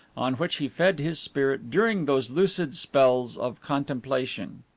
on which he fed his spirit during those lucid spells of contemplation.